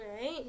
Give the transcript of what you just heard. right